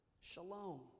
shalom